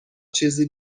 چیزی